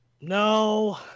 No